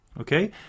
Okay